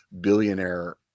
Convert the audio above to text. billionaire